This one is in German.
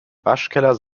waschkeller